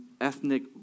ethnic